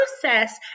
process